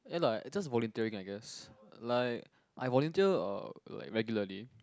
ya lah just volunteering I guess like I volunteer uh like regularly